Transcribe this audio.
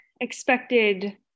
expected